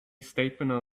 statement